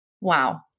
Wow